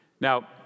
Now